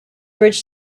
bridge